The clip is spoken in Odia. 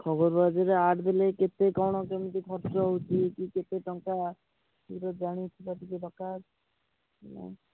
ଖବର କାଗଜରେ ଆଡ୍ ଦେଲେ କେତେ କ'ଣ କେମିତି ଖର୍ଚ୍ଚ ହେଉଛି କି କେତେ ଟଙ୍କା କେଉଁଟା ଜାଣିଥିବା ଟିକେ ଦରକାର